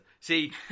see